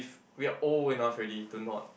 we are old enough already to not